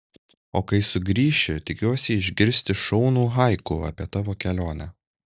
o kai sugrįši tikiuosi išgirsti šaunų haiku apie tavo kelionę